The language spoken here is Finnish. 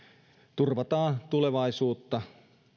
turvataan tulevaisuutta